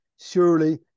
Surely